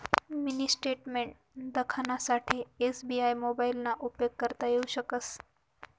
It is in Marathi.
मिनी स्टेटमेंट देखानासाठे एस.बी.आय मोबाइलना उपेग करता येऊ शकस